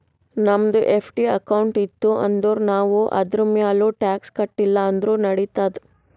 ನಮ್ದು FD account ಇತ್ತು ಅಂದುರ್ ನಾವ್ ಅದುರ್ಮ್ಯಾಲ್ ಟ್ಯಾಕ್ಸ್ ಕಟ್ಟಿಲ ಅಂದುರ್ ನಡಿತ್ತಾದ್